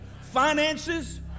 finances